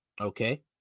okay